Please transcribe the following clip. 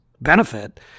benefit